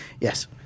Yes